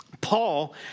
Paul